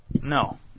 No